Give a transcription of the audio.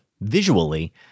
visually